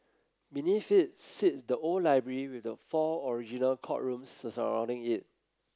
beneath it sits the old library with the four original courtrooms surrounding it